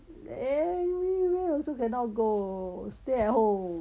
everywhere also cannot go stay at home